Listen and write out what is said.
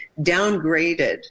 downgraded